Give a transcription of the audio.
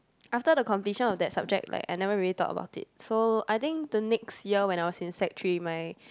after the completion of that subject like I never really thought about it so I think the next year when I was in sec-three my